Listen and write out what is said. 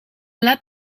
led